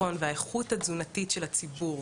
הביטחון והאיכות התזונתית של הציבור.